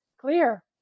clear